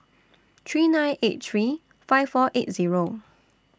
three nine eight three five four eight Zero